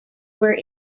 where